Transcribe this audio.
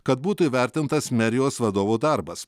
kad būtų įvertintas merijos vadovo darbas